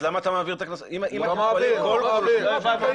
אז למה אתה מעביר את הקנסות --- אנחנו לא מעבירים.